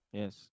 yes